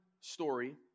story